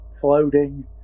floating